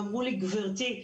ואמרו לי: גברתי,